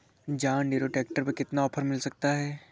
John Deere tractor पर कितना offer मिल सकता है?